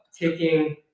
taking